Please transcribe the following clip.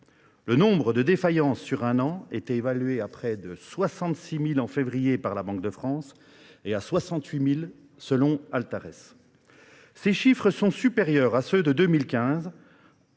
Le nombre de défaillances sur un an était évalué à près de 66 000 en février par la Banque de France et à 68 000 selon Altares. Ces chiffres sont supérieurs à ceux de 2015,